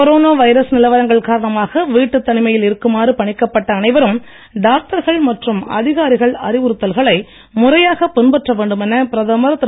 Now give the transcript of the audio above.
corona virus நிலவரங்கள் காரணமாக வீட்டுத் தனிமையில் இருக்குமாறு பணிக்கப் பட்ட அனைவரும் டாக்டர்கள் மற்றும் அதிகாரிகள் அறிவுறுத்தல்களை முறையாகப் பின்பற்ற வேண்டுமென பிரதமர் திரு